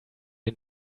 den